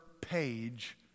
page